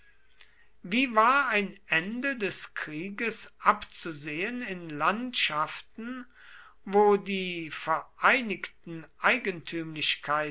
wie war ein ende des krieges abzusehen in landschaften wo die vereinigten